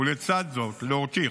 ובצד זאת להותיר